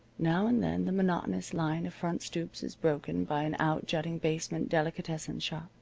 now and then the monotonous line of front stoops is broken by an outjutting basement delicatessen shop.